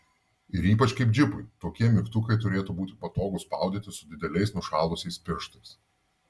ir ypač kaip džipui tokie mygtukai turėtų būti patogūs spaudyti su dideliais nušalusiais pirštais